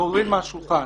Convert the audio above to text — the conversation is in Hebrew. להוריד מהשולחן.